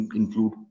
include